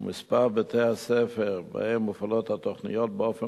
ומספר בתי-הספר שבהם מועלות התוכניות באופן